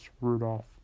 Rudolph